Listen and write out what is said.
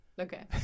Okay